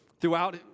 throughout